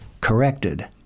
corrected